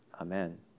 amen